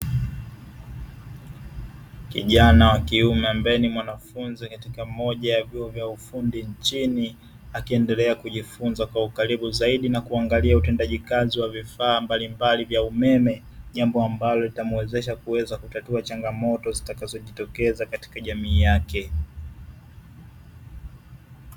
Kijana wa kiume ambaye ni mwanafunzi katika moja ya vyuo vya ufundi nchini. Akiendelea kujifunza kwa ukaribu zaidi na kuangalia utendaji kazi wa vifaa mbalimbali vya umeme. Jambo ambalo limwezesha kuweza kutatua changamoto zitakazojitokeza katika jamii yake.